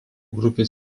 grupės